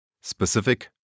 Specific